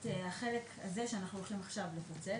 את החלק הזה שאנחנו הולכים עכשיו לפצל,